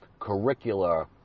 curricular